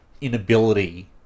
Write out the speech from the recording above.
inability